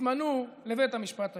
יתמנו לבית המשפט העליון.